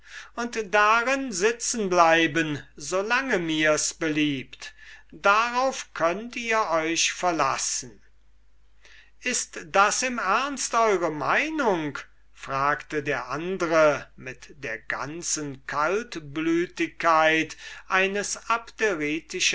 und darin sitzen bleiben so lange mirs beliebt darauf könnt ihr euch verlassen ist das im ernst eure meinung fragte der andre mit der ganzen kaltblütigkeit eines